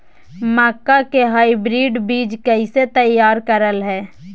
मक्का के हाइब्रिड बीज कैसे तैयार करय हैय?